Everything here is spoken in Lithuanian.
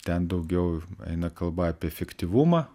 ten daugiau eina kalba apie efektyvumą